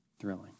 Thrilling